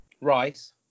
Rice